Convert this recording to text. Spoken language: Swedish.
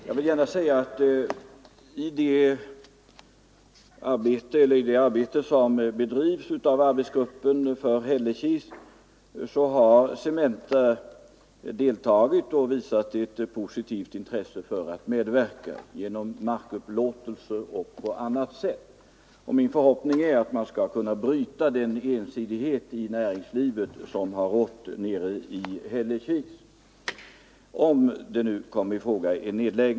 Herr talman! Jag vill gärna säga att i det arbete som bedrivs av arbetsgruppen för Hällekis har Cementa deltagit och visat ett positivt intresse för att medverka, genom markupplåtelse och på annat sätt. Min förhoppning är att man skall kunna bryta den ensidighet i näringslivet som har rått i Hällekis, om en nedläggning nu kommer i fråga.